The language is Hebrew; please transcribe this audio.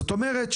זאת אומרת,